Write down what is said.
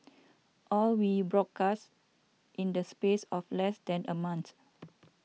all we broadcast in the space of less than a month